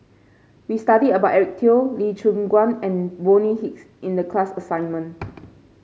we studied about Eric Teo Lee Choon Guan and Bonny Hicks in the class assignment